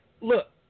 look